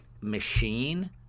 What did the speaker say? machine